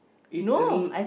it's a l~